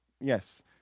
Yes